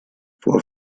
vor